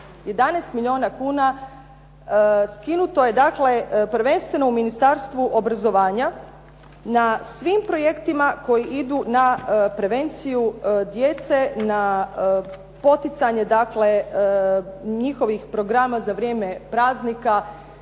11 milijuna kuna skinuto je dakle prvenstveno u Ministarstvu obrazovanja na svim projektima koji idu na prevenciju djece, na poticanje njihovih programa za vrijeme praznika